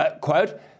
quote